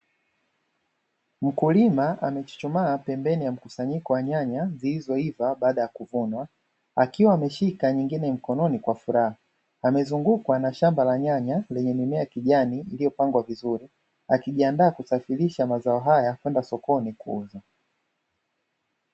Mkulima amechuchumaa pembeni ya mkusanyiko wa nyanya zilizoiva baada ya kuvunwa, akiwa ameshika nyingine mkononi kwa furaha, amezungukwa na shamba la nyanya lenye mimea ya kijani iliyopangwa vizuri, akijiandaa kusafirisha mazao haya kwenda sokoni kuuza.